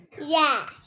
Yes